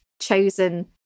chosen